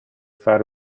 far